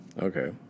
Okay